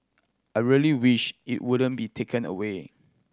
I really wish it wouldn't be taken away